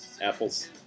Apple's